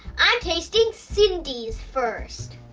i'm tasting cindy's first.